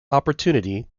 opportunity